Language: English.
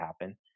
happen